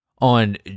on